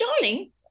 darling